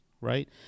right